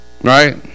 Right